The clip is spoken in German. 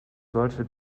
solche